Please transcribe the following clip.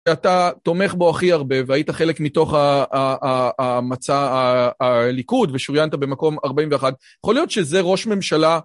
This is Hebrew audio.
ואתה תומך בו הכי הרבה והיית חלק מתוך המצע... הליכוד ושוריינת במקום 41, יכול להיות שזה ראש ממשלה...